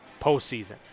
postseason